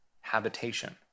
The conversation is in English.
habitation